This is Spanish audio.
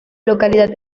localidad